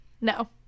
no